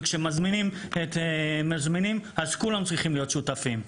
וכשמזמינים, אז כולם צריכים להיות שותפים.